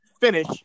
finish